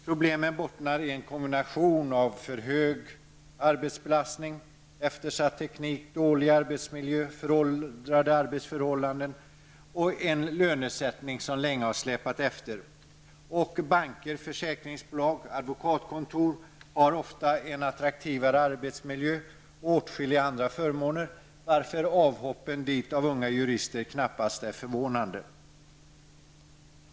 Problemen bottnar i en kombination av för hög arbetsbelastning, eftersatt teknik, dålig arbetsmiljö, föråldrade arbetsmetoder och en lönesättning som länge har släppat efter. Banker, försäkringsbolag och advokatkontor har ofta attraktivare arbetsmiljö och åtskilliga andra förmåner, varför avhoppen dit av unga jurister knappast är förvånande.